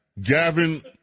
Gavin